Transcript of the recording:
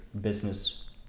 business